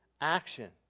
action